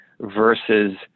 versus